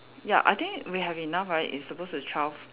ya I think we have enough right it's supposed to twelve